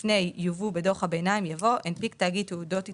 לפני "יובאו בדוח הביניים" יבוא "הנפיק תאגיד תעודות התחייבות,